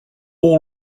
all